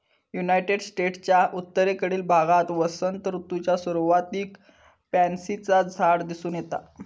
United स्टेट्सच्या उत्तरेकडील भागात वसंत ऋतूच्या सुरुवातीक पॅन्सीचा झाड दिसून येता